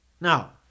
Now